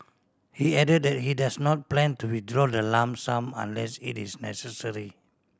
he added that he does not plan to withdraw the lump sum unless it is necessary